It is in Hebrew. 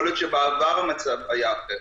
יכול להיות שבעבר המצב היה אחר.